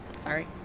Sorry